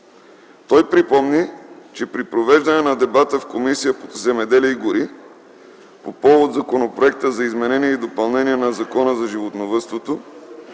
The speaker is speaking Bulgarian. Той припомни, че при провеждане на дебата в Комисията по земеделието и горите по повод Законопроекта за изменение и допълнение на Закона за животновъдството